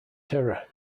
terror